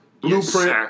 Blueprint